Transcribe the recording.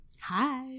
Hi